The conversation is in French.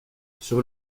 sur